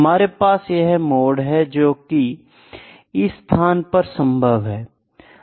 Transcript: हमारे पास यहां मोड है जोकि इस स्थान पर संभव है